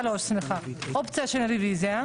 אופציה של רביזיה,